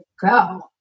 go